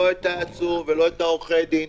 לא את העצור ולא את עורכי הדין.